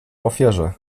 ofierze